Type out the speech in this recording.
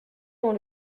dans